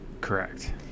Correct